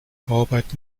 bauarbeiten